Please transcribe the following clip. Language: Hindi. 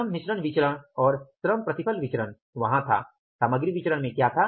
श्रम मिश्रण विचरण और श्रम प्रतिफल विचरण वहां था सामग्री विचरण में क्या था